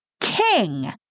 king